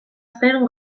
zen